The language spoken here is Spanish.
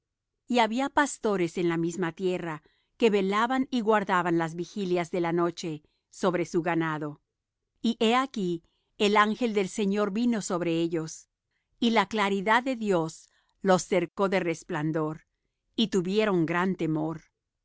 y había pastores en la misma tierra que velaban y guardaban las vigilias de la noche sobre su ganado y he aquí el ángel del señor vino sobre ellos y la claridad de dios los cercó de resplandor y tuvieron gran temor